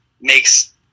makes